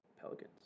Pelicans